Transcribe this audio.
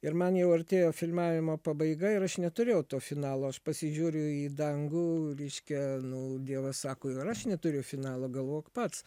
ir man jau artėjo filmavimo pabaiga ir aš neturėjau to finalo aš pasižiūriu į dangų reiškia nu dievas sako ir aš neturiu finalo galvok pats